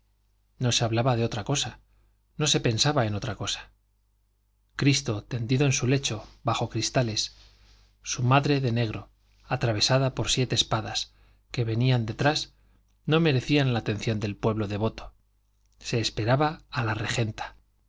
se hablaba de otra cosa no se pensaba en otra cosa cristo tendido en su lecho bajo cristales su madre de negro atravesada por siete espadas que venía detrás no merecían la atención del pueblo devoto se esperaba a la regenta